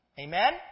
Amen